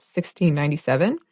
1697